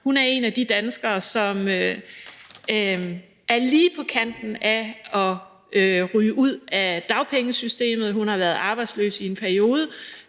Hun er en af de danskere, som er lige på kanten af at ryge ud af dagpengesystemet. Hun har været arbejdsløs i en periode